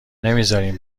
نمیزارین